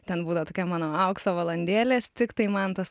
ten būdavo tokia mano aukso valandėlės tiktai man tas